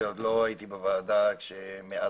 עוד לא הייתי בוועדה מאז